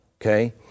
okay